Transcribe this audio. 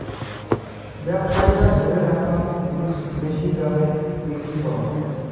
ব্যবসায়ীরা ধরে রাখ্যাং জিনিস বেশি দামে বিক্রি করং